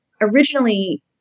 originally